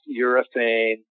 urethane